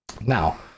Now